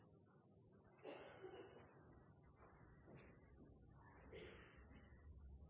der